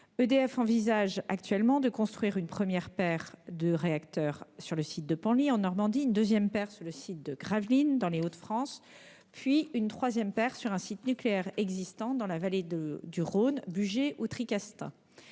EDF envisage actuellement de construire une première paire de nouveaux réacteurs sur le site de Penly, en Normandie, une deuxième paire sur le site de Gravelines, dans les Hauts-de-France, puis une troisième paire sur un site nucléaire existant dans la vallée du Rhône- Bugey ou Tricastin.